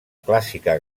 clàssica